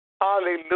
Hallelujah